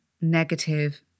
negative